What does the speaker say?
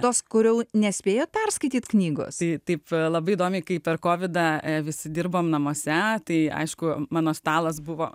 tas kurio nespėjot perskaityti knygos į taip labai įdomiai kai per kovidą visi dirbom namuose tai aišku mano stalas buvo